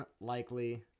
unlikely